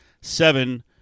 seven